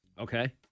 Okay